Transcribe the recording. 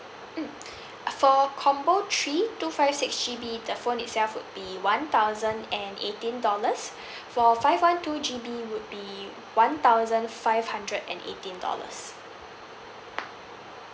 mm for combo three two five six G_B the phone itself would be one thousand and eighteen dollars for five one two G_B would be one thousand five hundred and eighteen dollars